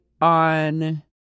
on